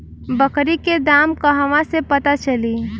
बकरी के दाम कहवा से पता चली?